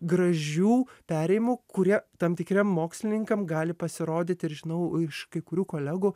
gražių perėjimų kurie tam tikriem mokslininkam gali pasirodyti ir žinau iš kai kurių kolegų